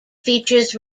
features